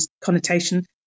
connotation